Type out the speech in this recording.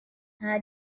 nta